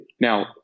Now